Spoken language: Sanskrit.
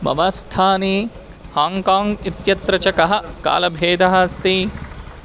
मम स्थाने हाङ्गकाङ्ग् इत्यत्र च कः कालभेदः अस्ति